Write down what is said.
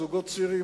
זוגות צעירים,